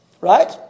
right